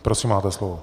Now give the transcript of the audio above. Prosím, máte slovo.